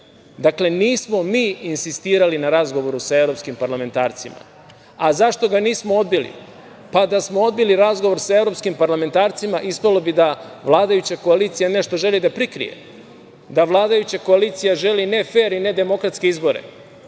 Srbije. Dakle, nismo mi insistirali na razgovoru sa evropskim parlamentarcima. Zašto ga nismo odbili? Da smo odbili razgovor sa evropskim parlamentarcima ispalo bi da vladajuća koalicija nešto želi da prikrije, da vladajuća koalicija želi nefer i nedemokratske izbore,